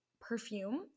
perfume